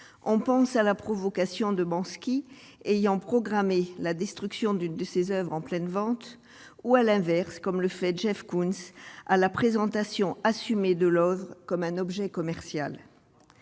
on pense à la provocation de Bansky ayant programmé la destruction d'une de ses Oeuvres en pleine vente ou à l'inverse, comme le fait Jeff Koons à la présentation assumer de comme un objet commercial